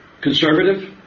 conservative